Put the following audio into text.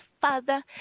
Father